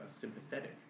sympathetic